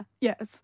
yes